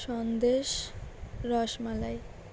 Sandesh rasmalai